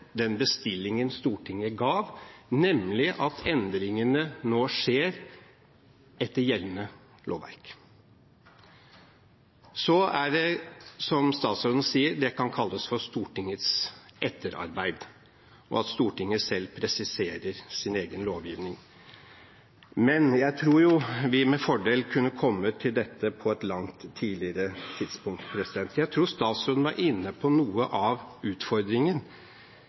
den bestillingen Stortinget ga, nemlig at endringene nå skjer etter gjeldende lovverk. Så kan det, som statsråden sier, kalles for Stortingets etterarbeid, og at Stortinget selv presiserer sin egen lovgivning. Jeg tror vi med fordel kunne kommet til dette på et langt tidligere tidspunkt. Jeg tror statsråden var inne på noe av utfordringen